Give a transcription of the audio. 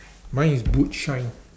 mine is boot shine